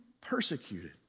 persecuted